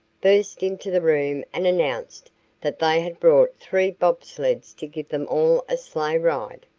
burst into the room and announced that they had brought three bob-sleds to give them all a sleighride.